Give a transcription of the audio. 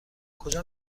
کجا